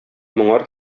моңар